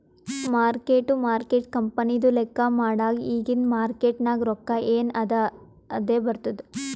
mark to market ಕಂಪನಿದು ಲೆಕ್ಕಾ ಮಾಡಾಗ್ ಇಗಿಂದ್ ಮಾರ್ಕೇಟ್ ನಾಗ್ ರೊಕ್ಕಾ ಎನ್ ಅದಾ ಅದೇ ಬರ್ತುದ್